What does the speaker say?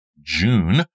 June